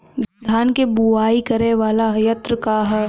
धान के बुवाई करे वाला यत्र का ह?